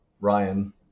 Ryan